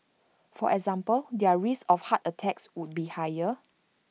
for example their risk of heart attacks would be higher